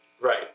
right